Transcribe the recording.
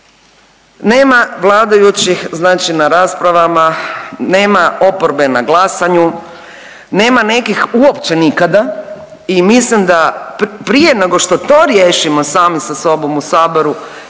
nema vladajućih znači na raspravama, nema oporbe na glasanju, nema nekih uopće nikada i mislim da prije nego što to riješimo sami sa sobom u Saboru